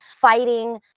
fighting